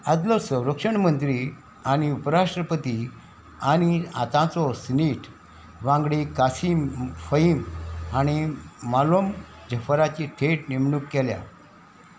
आदलो संरक्षण मंत्री आनी उपराष्ट्रपती आनी आतांचो सिनेट वांगडी काशीम फहीम हाणीं मालूम जाफराची थेट नेमणूक केल्या